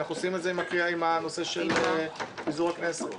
כי אנחנו עושים את זה עם הנושא של פיזור הכנסת.